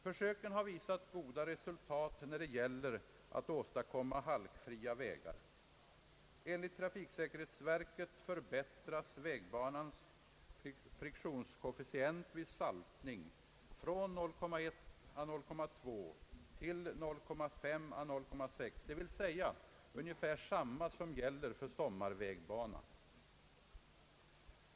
Försöken har visat goda resultat när det gäller att åstadkomma halkfria vä gar. Enligt trafiksäkerhetsverket förbättras vägbanans friktionskoefficient vid saltning från 0,1 å 0,2 till 0,5 å 0,6, d.v.s. ungefär samma som gäller för sommarvägbana.